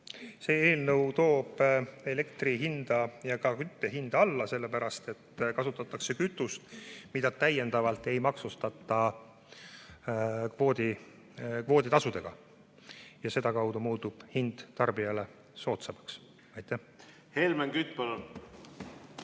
see eelnõu toob elektri hinda ja ka kütte hinda alla. Kasutatakse kütust, mida täiendavalt ei maksustata kvooditasudega. Ja sedakaudu muutub hind tarbijale soodsamaks. Aitäh! Vastupidi,